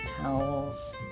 towels